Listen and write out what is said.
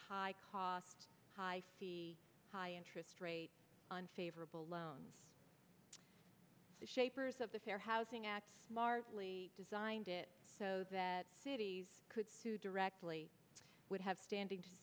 high cost the high interest rate on favorable loans shapers of the fair housing act smartly designed it so that cities could sue directly would have standing to